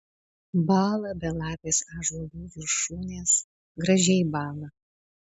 bąla belapės ąžuolų viršūnės gražiai bąla